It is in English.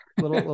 Little